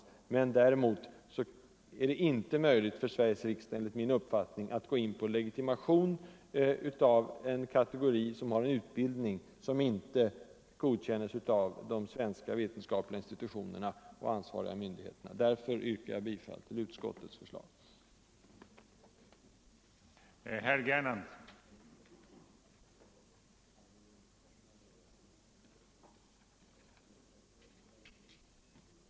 Däremot är det enligt min uppfattning inte möjligt för Sveriges riksdag att gå in för legitimation av en kategori som har en utbildning som inte godkännes av de svenska vetenskapliga institutionerna och ansvariga myndigheterna. Jag yrkar därför bifall till utskottets hemställan.